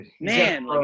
man